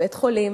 בית-חולים,